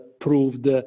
proved